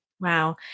Wow